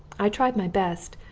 i tried my best,